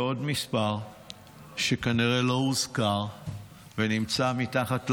ועוד מספר שכנראה לא הוזכר ונמצא מתחת לרדאר: